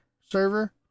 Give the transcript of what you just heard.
server